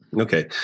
Okay